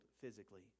physically